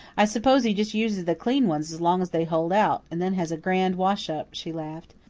i suppose he just uses the clean ones as long as they hold out, and then has a grand wash-up, she laughed.